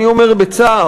אני אומר בצער,